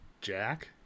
Jack